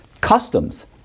customs